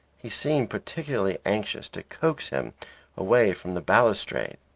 he seemed particularly anxious to coax him away from the balustrade.